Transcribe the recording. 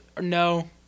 no